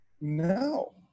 no